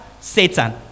Satan